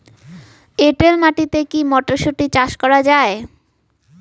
এটেল মাটিতে কী মটরশুটি চাষ করা য়ায়?